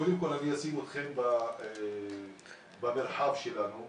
קודם כל, אני אשים אתכם במרחב שלנו.